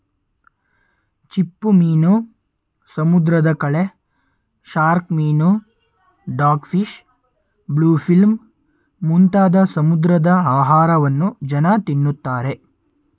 ಚಿಪ್ಪುಮೀನು, ಸಮುದ್ರದ ಕಳೆ, ಶಾರ್ಕ್ ಮೀನು, ಡಾಗ್ ಫಿಶ್, ಬ್ಲೂ ಫಿಲ್ಮ್ ಮುಂತಾದ ಸಮುದ್ರದ ಆಹಾರವನ್ನು ಜನ ತಿನ್ನುತ್ತಾರೆ